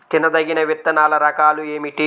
తినదగిన విత్తనాల రకాలు ఏమిటి?